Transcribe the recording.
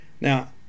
Now